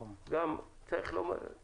שם הוא צריך לחרוש יבשת שלמה.